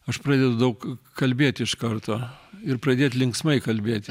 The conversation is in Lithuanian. aš pradedu daug kalbėt iš karto ir pradėt linksmai kalbėti